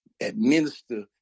administer